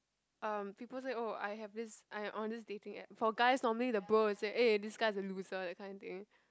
um people say oh I have this I am on this dating app for guys normally the bro will say eh this guy's a loser that kind of thing